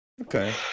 Okay